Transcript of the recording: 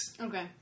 okay